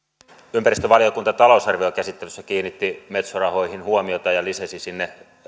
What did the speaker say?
ympäristövaliokunta talousarviokäsittelyssä kiinnitti metso rahoihin huomiota ja lisäsi sinne